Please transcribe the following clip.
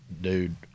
dude